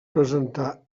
presentar